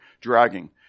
dragging